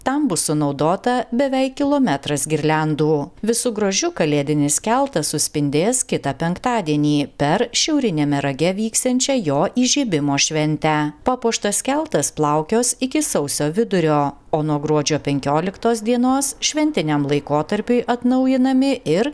tam bus sunaudota beveik kilometras girliandų visu grožiu kalėdinis keltas suspindės kitą penktadienį per šiauriniame rage vyksiančią jo įžiebimo šventę papuoštas keltas plaukios iki sausio vidurio o nuo gruodžio penkioliktos dienos šventiniam laikotarpiui atnaujinami ir